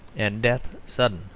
and death sudden,